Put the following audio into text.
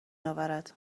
اورد